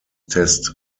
test